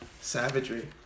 Savagery